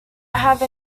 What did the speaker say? have